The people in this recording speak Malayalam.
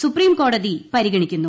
സുപ്രീംകോടതി പരിഗണിക്കുന്നു